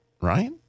right